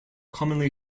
commonly